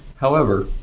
however,